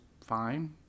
fine